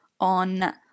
on